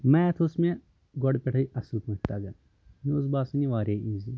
میٚتھ اوس مےٚ گوٚڈٕ پٮ۪ٹھٕے اَصٕل پٲٹھۍ تِگان مےٚ اوس باسان یہِ واریاہ ایٖزی